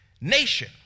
nation